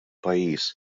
pajjiż